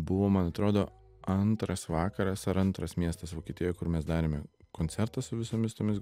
buvo man atrodo antras vakaras ar antras miestas vokietijoj kur mes darėme koncertą su visomis tomis